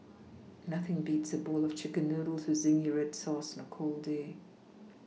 nothing beats a bowl of chicken noodles with zingy red sauce on a cold day